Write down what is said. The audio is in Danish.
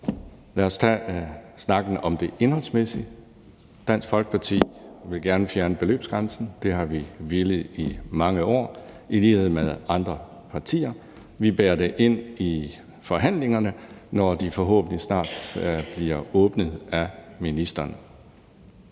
Lad os tage snakken om det indholdsmæssige. Dansk Folkeparti vil gerne fjerne beløbsgrænsen. Det har vi villet i mange år i lighed med andre partier. Vi bærer det ind i forhandlingerne, når de forhåbentlig snart bliver åbnet af ministeren.